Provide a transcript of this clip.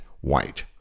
white